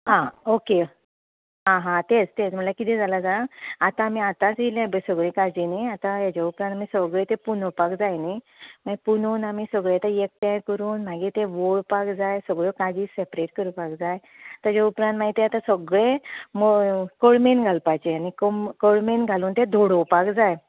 आं ओके आं हां तेंच तेंच किदें जालां सांग आतां आमी आतांच येयल्या ही पळय काजींनी आतां हाज्या उपरान आमी सगल्यो त्यो पुनोपाक जाय न्हय मागीर पुनोवन आमी सगली आतां एकठांय करून मागीर ते वळपाक जाय सगळ्यो काजी सेपरेट करपाक जाय ताज्या उपरान मागीर तें आतां सगळें मळ कळमेन घालपाचें आनी कमले कळमेन घालून तें धोडोपाक जाय